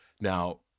Now